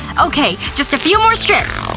okay, just a few more strips,